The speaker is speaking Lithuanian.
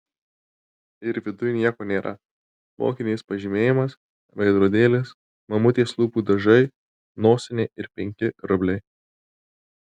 ir viduj nieko nėra mokinės pažymėjimas veidrodėlis mamutės lūpų dažai nosinė ir penki rubliai